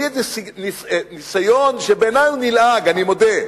זה ניסיון, שבעיני הוא נלעג, אני מודה: